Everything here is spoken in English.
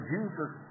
Jesus